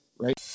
right